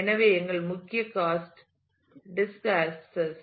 எனவே எங்கள் முக்கிய காஸ்ட் டிஸ்க் ஆக்சஸ்